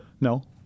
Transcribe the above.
No